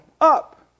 up